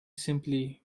simply